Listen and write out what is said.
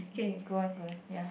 okay go on go on ya